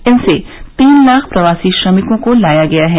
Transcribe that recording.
इनसे तीन लाख प्रवासी श्रमिकों को लाया गया है